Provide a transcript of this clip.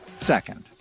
Second